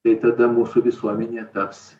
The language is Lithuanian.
tai tada mūsų visuomenė taps